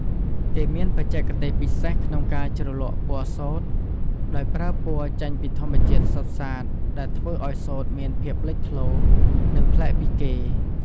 គេមានបច្ចេកទេសពិសេសក្នុងការជ្រលក់ពណ៌សូត្រ ដោយប្រើពណ៌ចេញពីធម្មជាតិសុទ្ធសាធ ដែលធ្វើឱ្យសូត្រមានភាពលេចធ្លោ និងប្លែកពីគេ។